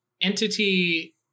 entity